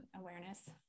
awareness